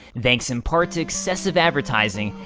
thanks in part to excessive advertising,